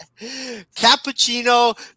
cappuccino